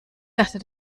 dachte